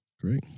Great